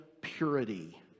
purity